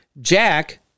Jack